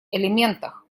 элементах